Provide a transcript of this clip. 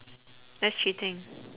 that's cheating